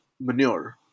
manure